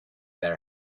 there